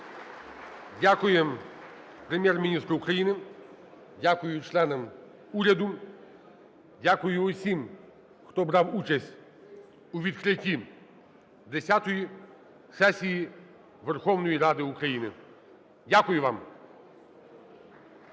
Дякуємо Прем'єр-міністру України. Дякую членам уряду. Дякую усім, хто брав участь у відкритті десятої сесії Верховної Ради України. Дякую вам.